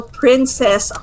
princess